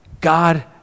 God